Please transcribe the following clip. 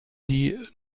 die